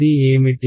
ఇది ఏమిటి